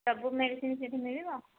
ସବୁ ମେଡ଼ିସିନ ସେ'ଠି ମିଳିବ